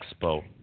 expo